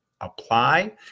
apply